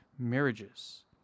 marriages